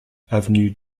avenue